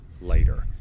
later